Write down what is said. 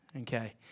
okay